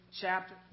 chapter